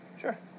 Sure